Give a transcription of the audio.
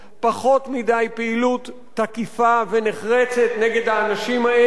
פחות מדי פעילות תקיפה ונחרצת נגד האנשים האלה,